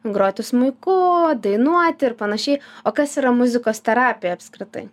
groti smuiku dainuoti ir panašiai o kas yra muzikos terapija apskritai